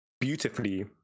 beautifully